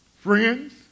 Friends